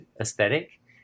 aesthetic